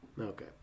Okay